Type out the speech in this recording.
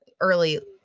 early